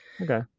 Okay